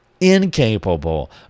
incapable